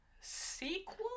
sequel